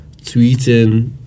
tweeting